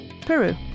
Peru